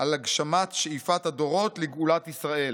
על הגשמת שאיפת הדורות לגאולת ישראל.